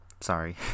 Sorry